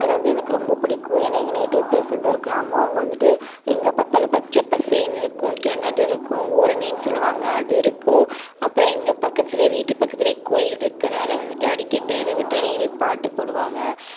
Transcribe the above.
அது வந்து எனக்கு ரொம்ப பிடிக்கும் ஏன்னா எங்கள் நேட்டிவ் பிளேஸ் வந்து ஒரு கிராமம் அங்கே வந்துட்டு எங்கே பார்த்தாலும் பச்சை பசேலுன்னு இருக்கும் கிணறு இருக்கும் ஊரணின்னு சொல்வாங்கள் அது இருக்கும் அப்புறம் எங்கள் பக்கத்துலேயே வீட்டு பக்கத்துலேயே கோயில் இருக்கிறனால வந்துட்டு அடிக்கடி டெய்லி பாட்டு போடுவாங்க